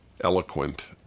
eloquent